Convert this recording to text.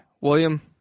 William